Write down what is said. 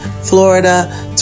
florida